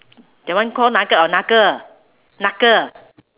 that one called nugget or knuckle knuckle